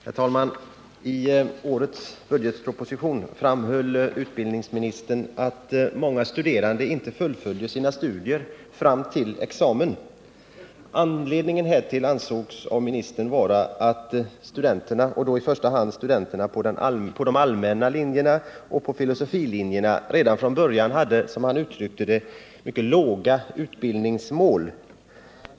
Herr talman! I årets budgetproposition framhöll utbildningsministern att många studerande inte fullföljer sina studier fram till examen. Anledningen härtill ansåg ministern vara att studenterna — och då i första hand studenterna på de allmänna linjerna och på filosofilinjerna — redan från början har ”låga” utbildningsmål.